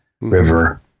river